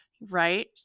Right